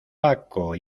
paco